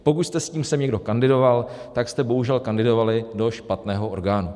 Pokud jste s tím sem někdo kandidoval, tak jste bohužel kandidovali do špatného orgánu.